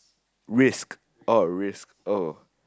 risk oh risk oh